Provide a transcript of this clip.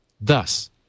Thus